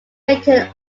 written